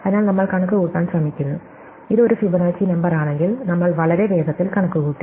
അതിനാൽ നമ്മൾ കണക്കുകൂട്ടാൻ ശ്രമിക്കുന്നു ഇത് ഒരു ഫിബൊനാച്ചി നമ്പറാണെങ്കിൽ നമ്മൾ വളരെ വേഗത്തിൽ കണക്കുകൂട്ടി